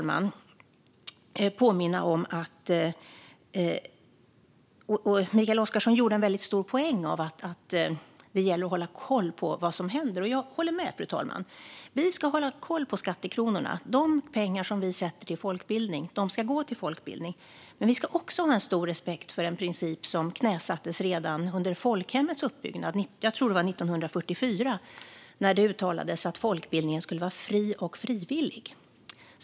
Mikael Oscarsson gjorde en stor poäng av att det gäller att hålla koll på vad som händer, och jag håller med om det, fru talman. Vi ska hålla koll på skattekronorna. De pengar som vi avsätter till folkbildning ska gå till folkbildning. Men vi ska också ha en stor respekt för en princip som knäsattes redan under folkhemmets uppbyggnad - jag tror att det var 1944 - när det uttalades att folkbildningen skulle vara fri och frivillig.